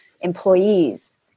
employees